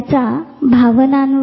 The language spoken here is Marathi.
तर हे उद्दीपक आहे जे अभिसंधित होते